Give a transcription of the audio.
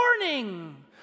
warning